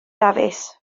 dafis